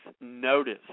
notice